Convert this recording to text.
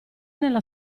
nella